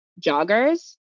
joggers